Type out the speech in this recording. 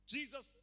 Jesus